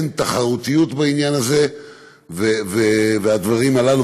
אין תחרותיות בעניין הזה ובדברים הללו,